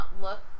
look